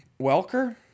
Welker